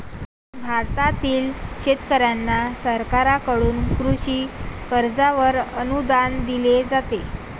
भारतातील शेतकऱ्यांना सरकारकडून कृषी कर्जावर अनुदान दिले जाते